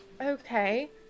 okay